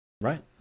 Right